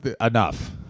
enough